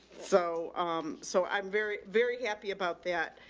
so i'm so, i'm very, very happy about that.